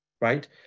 right